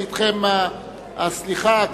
ואתכם הסליחה,